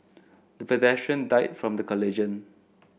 the pedestrian died from the collision